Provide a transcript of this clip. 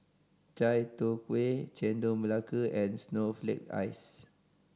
Chai Tow Kuay Chendol Melaka and snowflake ice